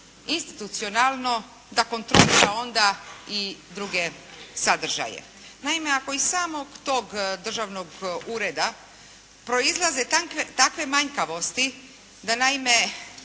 institucionalno da kontrolira onda i druge sadržaje. Naime, ako iz samog tog državnog ureda proizlaze takve manjkavosti da naime,